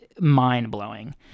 mind-blowing